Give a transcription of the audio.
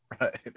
Right